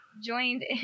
joined